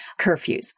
curfews